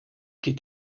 geht